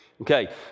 Okay